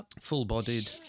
full-bodied